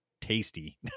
tasty